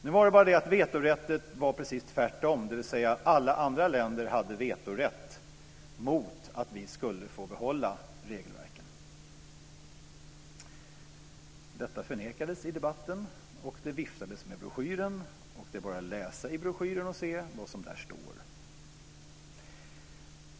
Nu är det bara det att med vetorätten var det precis tvärtom, dvs. att alla andra länder hade vetorätt mot att vi skulle få behålla våra regelverk. Detta förnekades i debatten. Det viftades med broschyren, och det är bara att läsa i broschyren vad som där står.